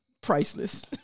priceless